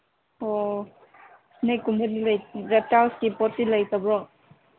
ꯑꯣ ꯏꯁꯅꯦꯛꯀꯨꯝꯕꯗꯤ ꯔꯦꯞꯇꯥꯏꯜꯁꯀꯤ ꯄꯣꯠꯇꯤ ꯂꯩꯇꯕ꯭ꯔꯣ